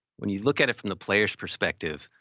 when you look at it from the player's perspective,